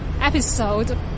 episode